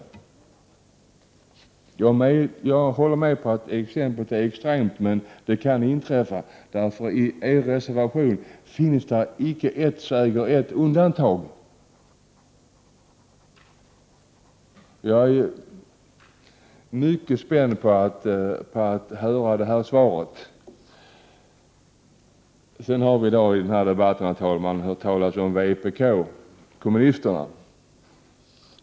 Jag håller med om att exemplet är extremt, men det kan inträffa. I er reservation finns inte ett enda undantag. Jag är mycket spänd på att få höra svaret. Herr talman! I dag har vi i denna debatt hört talas om vpk, dvs. kommunisterna.